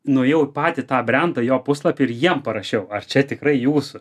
nuėjau į patį tą brendą jo puslapį ir jiem parašiau ar čia tikrai jūsų